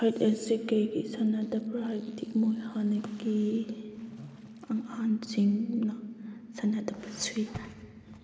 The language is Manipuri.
ꯍꯥꯏꯠ ꯑꯦꯟ ꯁꯤꯛ ꯀꯔꯤꯒꯤ ꯁꯥꯟꯅꯗꯕ꯭ꯔꯥ ꯍꯥꯏꯕꯗꯤ ꯃꯣꯏ ꯍꯥꯟꯅꯒꯤ ꯑꯍꯟꯁꯤꯡꯅ ꯁꯥꯟꯅꯗꯕꯁꯤ